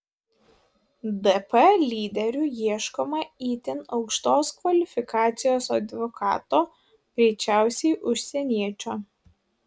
dp lyderiui ieškoma itin aukštos kvalifikacijos advokato greičiausiai užsieniečio